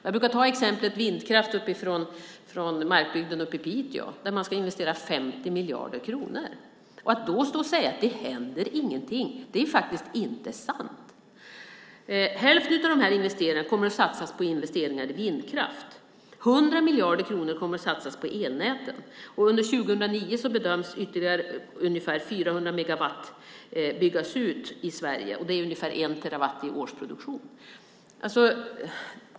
Jag brukar ta exemplet vindkraft från Markbygden uppe i Piteå, där man ska investera 50 miljarder kronor. Att då stå och säga att det inte händer någonting är faktiskt att inte tala sanning. Hälften av de här investeringarna kommer att satsas på vindkraft. 100 miljarder kronor kommer att satsas på elnäten, och under 2009 bedöms ytterligare ungefär 400 megawatt byggas ut i Sverige. Det är ungefär en terawatt i årsproduktion.